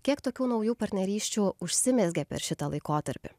kiek tokių naujų partnerysčių užsimezgė per šitą laikotarpį